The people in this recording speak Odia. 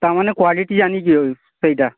ତାମାନେ କ୍ୱାଲିଟି ଆଣିକି ସେଇଟା